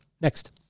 Next